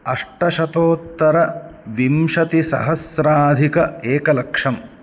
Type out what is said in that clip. अष्टशतोत्तर विंशतिसहस्राधिक एकलक्षम्